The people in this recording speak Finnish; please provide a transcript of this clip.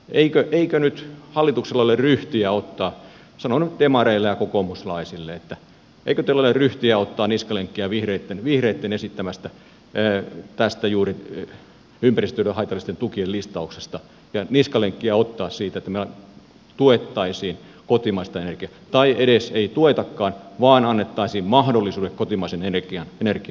eikö nyt hallituksella ole ryhtiä ottaa sanon nyt demareille ja kokoomuslaisille että eikö teillä ole ryhtiä ottaa niskalenkkiä vihreitten esittämästä tästä juuri ympäristölle haitallisten tukien listauksesta ja niskalenkkiä ottaa siitä että meillä tuettaisiin kotimaista energiaa tai vaikkei edes tuettaisikaan niin annettaisiin mahdollisuudet kotimaisen energian osalta